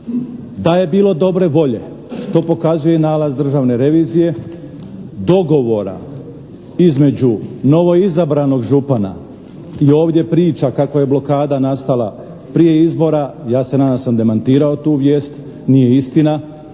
Da je bilo dobre volje, što pokazuje i nalaz Državne revizije, dogovora između novoizabranog župana i ovdje priča kako je blokada nastala prije izbora, ja se nadam da sam demantirao tu vijest. Nije istina.